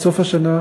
עד סוף השנה,